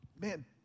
man